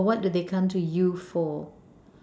what do they come to you for